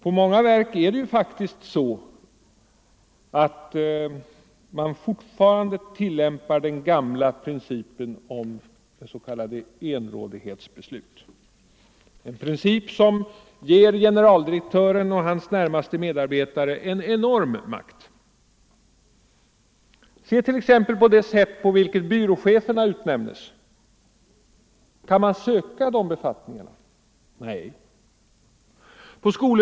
I många verk är det faktiskt så att man fortfarande tillämpar den gamla principen om s.k. enrådighetsbeslut. Det är en princip som ger generaldirektören och hans närmaste medarbetare en enorm makt. Se t.ex. på det sätt på vilket byråchefer utnämnes. Kan man söka de befattningarna? Svaret är nej.